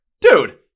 dude